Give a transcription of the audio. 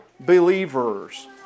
believers